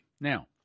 Now